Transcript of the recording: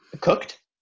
Cooked